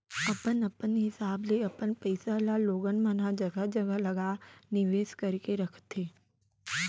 अपन अपन हिसाब ले अपन पइसा ल लोगन मन ह जघा जघा लगा निवेस करके रखथे